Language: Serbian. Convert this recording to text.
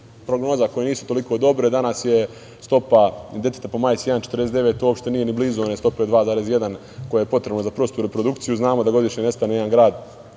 prognoza koje nisu tako dobre, danas je stopa deteta po majci 1,49, a to uopšte nije ni blizu one stope od 2,1 koja je potrebna za prostu reprodukciju. Znamo da godišnje nestane jedan grad